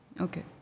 Okay